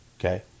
okay